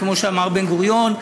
כמו שאמר בן-גוריון,